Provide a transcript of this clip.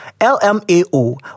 LMAO